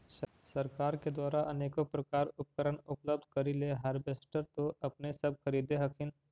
सरकार के द्वारा अनेको प्रकार उपकरण उपलब्ध करिले हारबेसटर तो अपने सब धरदे हखिन?